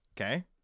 Okay